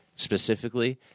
Specifically